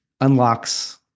unlocks